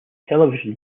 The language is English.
television